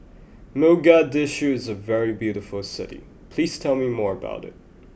Mogadishu is a very beautiful city please tell me more about it